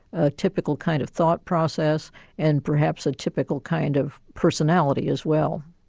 a typical kind of thought process and perhaps a typical kind of personality as well.